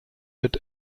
wird